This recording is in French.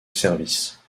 service